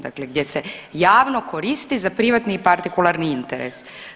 Dakle, gdje se javno koristi za privatni i partikularni interes.